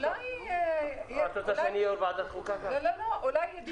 אימאן ח'טיב יאסין (רע"מ,